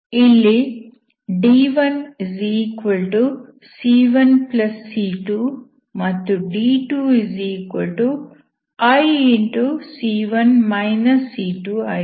ಇಲ್ಲಿ d1c1c2 ಮತ್ತು d2i ಆಗಿದೆ